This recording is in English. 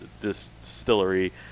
distillery